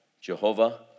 Jehovah